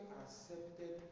accepted